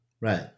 Right